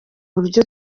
buryo